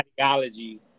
ideology